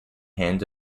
hands